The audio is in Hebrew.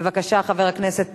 בבקשה, חבר הכנסת